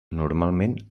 normalment